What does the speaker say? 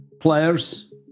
players